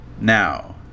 Now